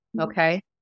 Okay